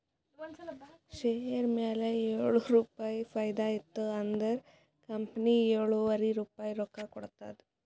share ಮ್ಯಾಲ ಏಳು ರುಪಾಯಿ ಫೈದಾ ಇತ್ತು ಅಂದುರ್ ಕಂಪನಿ ಎಳುವರಿ ರುಪಾಯಿ ರೊಕ್ಕಾ ಕೊಡ್ತುದ್